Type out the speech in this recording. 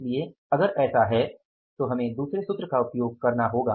इसलिए अगर ऐसा है तो हमें दूसरे सूत्र का उपयोग करना होगा